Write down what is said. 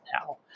now